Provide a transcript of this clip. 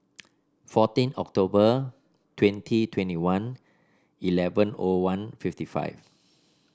fourteen October twenty twenty one eleven O one fifty five